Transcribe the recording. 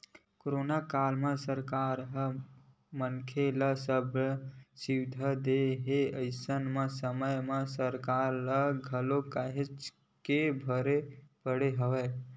corona काल म सरकार ह मनखे ल सब सुबिधा देय हे अइसन समे म सरकार ल घलो काहेच के भार पड़े हवय